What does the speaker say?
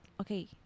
okay